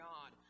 God